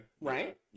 Right